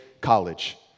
college